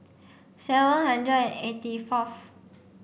seven hundred and eighty fourth